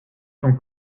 from